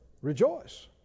Rejoice